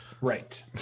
Right